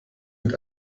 mit